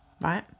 right